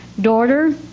Daughter